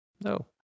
No